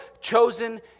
chosen